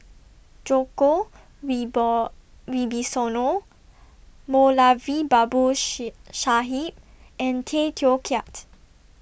Djoko Wibisono Moulavi Babu She Sahib and Tay Teow Kiat